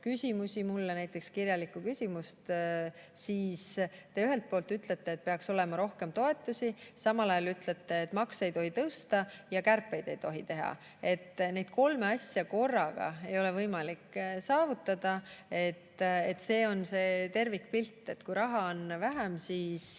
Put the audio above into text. küsimusi mulle, näiteks kirjalikku küsimust, siis te ühelt poolt ütlete, et peaks olema rohkem toetusi, samal ajal ütlete, et makse ei tohi tõsta ja kärpeid ei tohi teha. Neid kolme asja korraga ei ole võimalik saavutada. See on see tervikpilt. Kui raha on vähem, siis